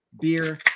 beer